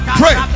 pray